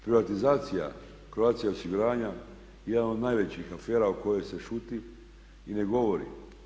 Privatizacija Croatia osiguranja je jedna od najvećih afera o kojoj se šuti i ne govori.